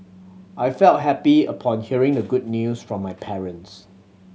I felt happy upon hearing the good news from my parents